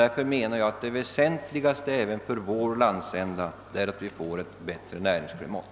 Därför anser jag att det väsentligaste för bättre sysselsättning i vår landsända är att vi får ett bättre näringsklimat.